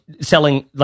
selling